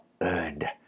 earned